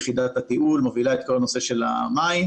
יחידת התיעול - מובילה את כל הנושא של המים,